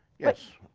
yes.